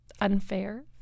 unfair